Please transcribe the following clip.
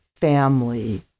family